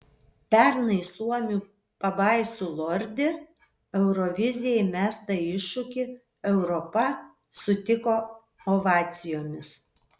pernai suomių pabaisų lordi eurovizijai mestą iššūkį europa sutiko ovacijomis